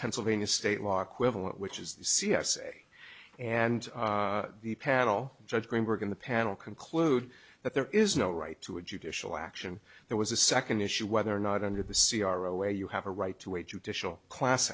pennsylvania state law quibble which is the c s a and the paddle judge greenberg in the panel conclude that there is no right to a judicial action there was a second issue whether or not under the c r away you have a right to a judicial class